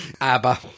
ABBA